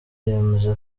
yemeza